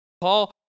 Paul